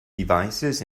devices